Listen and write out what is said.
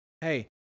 hey